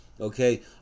okay